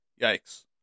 Yikes